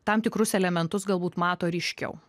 tam tikrus elementus galbūt mato ryškiau